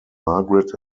margaret